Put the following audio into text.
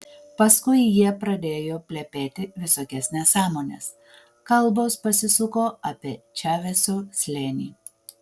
paskui jie pradėjo plepėti visokias nesąmones kalbos pasisuko apie čaveso slėnį